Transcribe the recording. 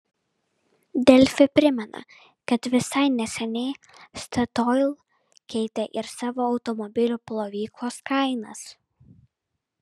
delfi primena kad visai neseniai statoil keitė ir savo automobilių plovyklos kainas